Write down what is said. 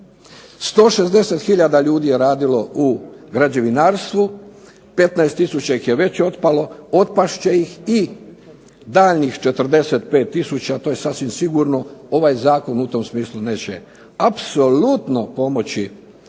160 tisuća ljudi je radilo u građevinarstvu, 15 tisuća ih je već otpalo, otpast će ih i daljnjih 45 tisuća to je sasvim sigurno. Ovaj zakon u tom smislu neće apsolutno pomoći